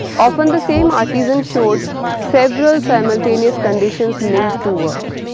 often the same artisan showed several simultaneous conditions linked to work.